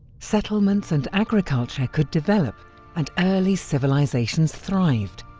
settlements and agriculture could develop and early civilisations thrived.